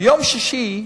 ביום שישי,